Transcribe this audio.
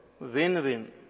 Win-win